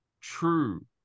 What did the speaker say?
true